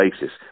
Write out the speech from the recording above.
basis